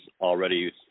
already